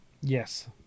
Yes